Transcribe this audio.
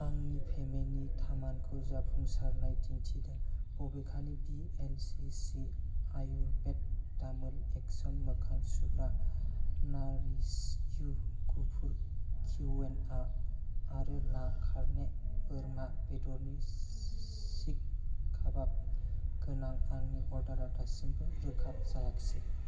आंनि पेमेन्टनि थामानखौ जाफुंसारनाय दिन्थिदों बबेखानि भिएलसिसि आयुर्वेद डाबोल एक्सन मोखां सुग्रा नारिश यु गुफुर क्विन'आ आरो ला कारने बोरमा बेदरनि सिख काबाब गोनां आंनि अर्डारा दासिमबो रोखा जायाखिसै